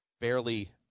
barely